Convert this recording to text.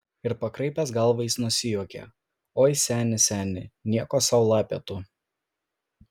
ir pakraipęs galvą jis nusijuokė oi seni seni nieko sau lapė tu